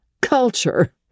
Culture